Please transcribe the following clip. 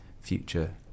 future